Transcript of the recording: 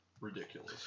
ridiculous